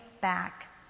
back